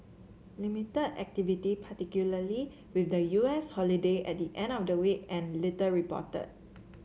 limited activity particularly with the U S holiday at the end of the week and little reported